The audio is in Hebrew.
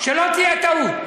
שלא תהיה טעות.